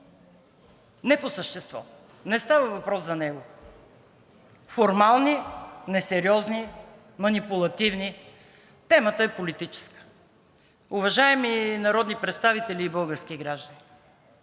не по същество – не става въпрос за него, формални, несериозни, манипулативни. Темата е политическа. Уважаеми народни представители и български граждани,